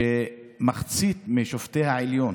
שמחצית משופטי העליון,